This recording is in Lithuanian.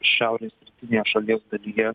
šiaurės rytinėje šalies dalyje